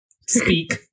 speak